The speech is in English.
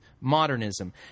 modernism